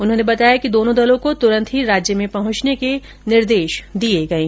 उन्होंने बताया कि दोनों दलों को तुरन्त ही राज्य में पहंचने के निर्देश दिए गए है